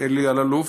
אלי אלאלוף,